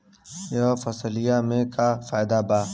यह फसलिया में का फायदा बा?